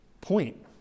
point